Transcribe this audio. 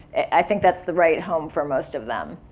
i think that's the right home for most of them.